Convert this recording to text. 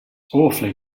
awfully